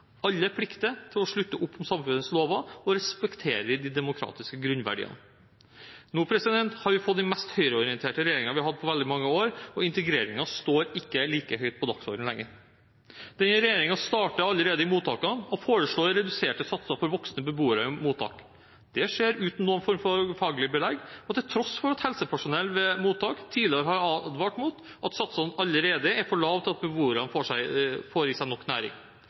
Alle plikter å slutte opp om samfunnets lover og respektere de demokratiske grunnverdiene. Nå har vi fått den mest høyreorienterte regjeringen vi har hatt på mange år, og integreringen står ikke like høyt på dagsordenen lenger. Denne regjeringen starter allerede med mottakene, de foreslår reduserte satser for voksne beboere i mottak. Det skjer uten noen form for faglig belegg og til tross for at helsepersonell ved mottak tidligere har advart mot det, satsene er allerede for lave til at beboerne får i seg nok næring.